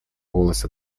голоса